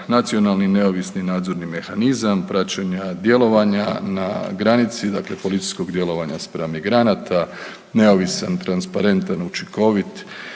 nacionalni neovisni nadzorni mehanizam praćenja djelovanja na granici, dakle policijskog djelovanja spram migranata, neovisan, transparentan, učinkovit